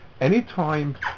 Anytime